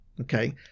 Okay